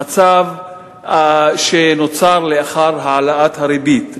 המצב שנוצר לאחר העלאת הריבית,